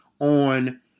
on